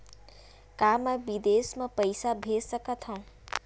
का मैं विदेश म पईसा भेज सकत हव?